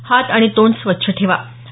हात आणि तोंड स्वच्छ ठेवावं